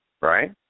Right